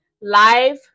live